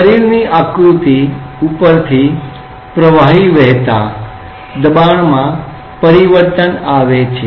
body ની આકૃતિ ઉપરથી પ્રવાહી વહેતા દબાણમાં પરિવર્તન આવે છે